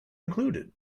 included